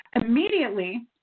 Immediately